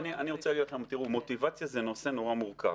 תראו, מוטיבציה זה נושא נורא מורכב.